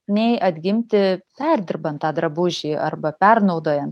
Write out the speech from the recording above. nei atgimti perdirbant tą drabužį arba pernaudojant